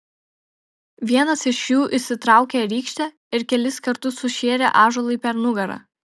vienas iš jų išsitraukė rykštę ir kelis kartus sušėrė ąžuolui per nugarą